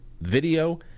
video